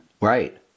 Right